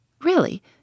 Really